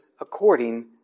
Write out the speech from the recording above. According